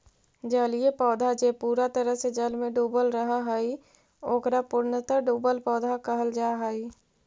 जलीय पौधा जे पूरा तरह से जल में डूबल रहऽ हई, ओकरा पूर्णतः डुबल पौधा कहल जा हई